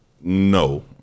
No